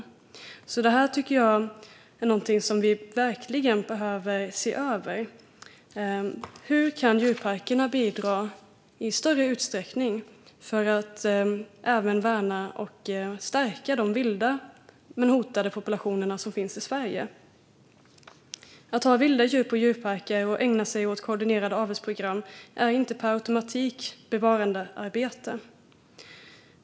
Detta tycker jag är något som vi verkligen behöver se över. Hur kan djurparkerna bidra i större utsträckning för att även värna och stärka de vilda men hotade populationer som finns i Sverige? Att ha vilda djur på djurparker eller ägna sig åt koordinerade avelsprogram är inte per automatik bevarandearbete.